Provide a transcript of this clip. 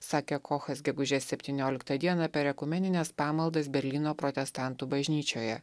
sakė kochas gegužės septynioliktą dieną per ekumenines pamaldas berlyno protestantų bažnyčioje